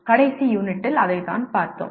கடைசி யூனிட்டில் அதைத்தான் பார்த்தோம்